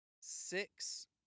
six